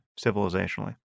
civilizationally